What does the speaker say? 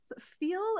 feel